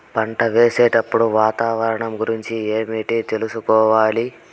పంటలు వేసేటప్పుడు వాతావరణం గురించి ఏమిటికి తెలుసుకోవాలి?